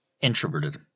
introverted